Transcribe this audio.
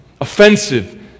offensive